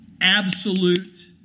Absolute